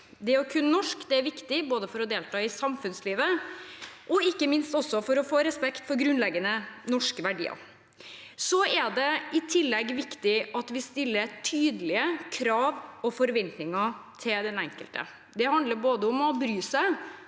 Det å kunne norsk er viktig, både for å delta i samfunnslivet og ikke minst for å få respekt for grunnleggende norske verdier. Det er i tillegg viktig at vi stiller tydelige krav og har forventninger til den enkelte. Det handler både om å bry seg